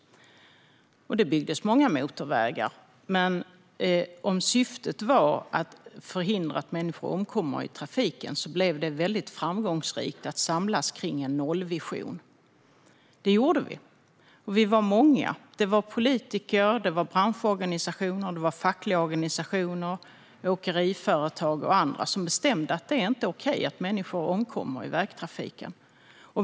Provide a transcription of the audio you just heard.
Det byggdes många motorvägar, men om syftet skulle vara att förhindra att människor omkom i trafiken blev det väldigt framgångsrikt att samlas kring en nollvision. Det gjorde vi, och vi var många. Det var politiker, det var branschorganisationer, fackliga organisationer, åkeriföretag och andra som bestämde att det inte är okej att människor omkommer i vägtrafiken.